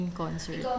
concert